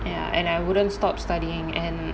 and I wouldn't stop studying and